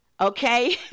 Okay